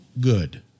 good